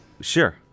Sure